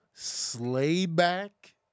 Slayback